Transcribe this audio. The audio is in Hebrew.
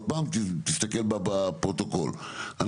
(ה)